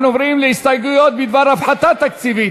אנחנו עוברים להסתייגויות בדבר הפחתה תקציבית,